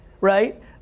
right